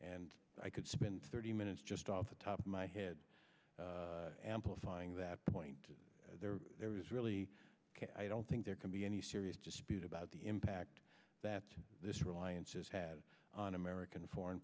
and i could spend thirty minutes just off the top of my head amplifying that point there is really i don't think there can be any serious dispute about the impact that this reliance is had on american foreign